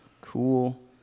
Cool